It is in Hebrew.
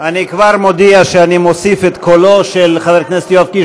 אני כבר מודיע שאני מוסיף את קולו של חבר הכנסת קיש,